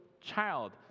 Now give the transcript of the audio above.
child